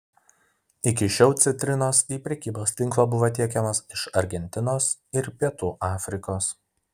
iki šiol citrinos į prekybos tinklą buvo tiekiamos iš argentinos ir pietų afrikos